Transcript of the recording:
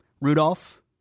Rudolph